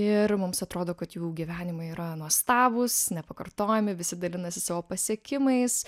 ir mums atrodo kad jų gyvenimai yra nuostabūs nepakartojami visi dalinasi savo pasiekimais